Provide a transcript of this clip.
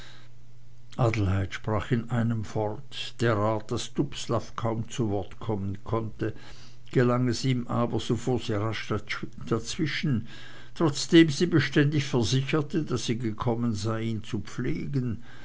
sprach in einem fort derart daß dubslav kaum zu wort kommen konnte gelang es ihm aber so fuhr sie rasch dazwischen trotzdem sie beständig versicherte daß sie gekommen sei ihn zu pflegen